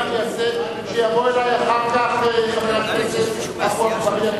מה אני אעשה כשיבוא אלי אחר כך חבר הכנסת עפו אגבאריה,